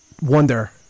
wonder